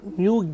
new